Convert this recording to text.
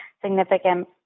significant